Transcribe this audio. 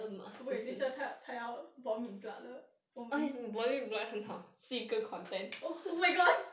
wait 等一下她她要 vomit blood 了我们 oh my god